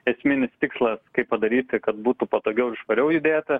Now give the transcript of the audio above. esminis tikslas kaip padaryti kad būtų patogiau ir švariau judėti